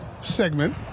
segment